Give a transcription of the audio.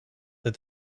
that